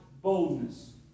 boldness